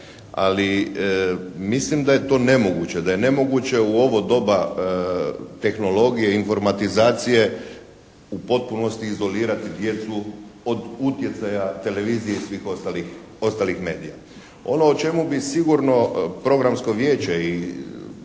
Ali mislim da je to nemoguće, da je nemoguće u ovo doba tehnologije i informatizacije u potpunosti izolirati djecu od utjecaja televizije i svih ostalih medija. Ono o čemu bi sigurno programsko vijeće i